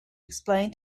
explain